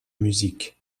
musique